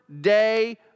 day